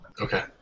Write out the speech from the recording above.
Okay